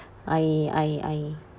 I I I